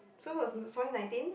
so was nineteen